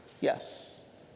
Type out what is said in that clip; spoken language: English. Yes